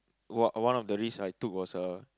o~ one of the risk I took was a